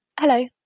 hello